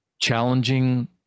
challenging